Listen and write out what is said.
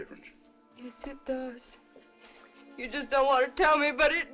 different you just don't want to tell me but it